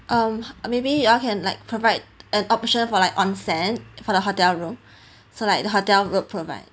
um maybe you all can like provide an option for like onsen for the hotel room so like the hotel will provide